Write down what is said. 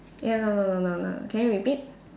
y~ no no no no no can you repeat